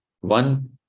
One